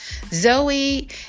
Zoe